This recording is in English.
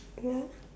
ya